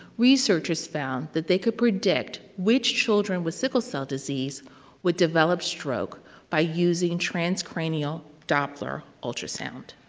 researchers found that they could predict which children with sickle cell disease would develop stroke by using transcranial doppler ultrasound.